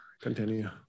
Continue